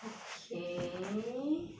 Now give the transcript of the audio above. okay